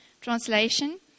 Translation